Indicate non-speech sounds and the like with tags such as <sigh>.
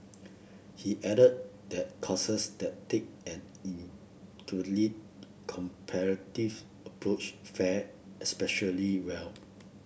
he added that courses that take an <unintelligible> comparative approach fare especially well